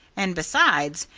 and besides,